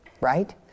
right